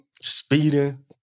speeding